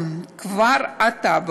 כבר עתה,